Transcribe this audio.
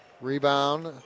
Rebound